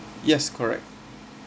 yes correct